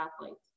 athletes